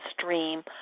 stream